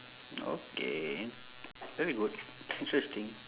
okay very good interesting